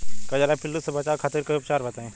कजरा पिल्लू से बचाव खातिर कोई उपचार बताई?